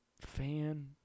Fan